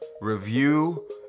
review